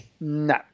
No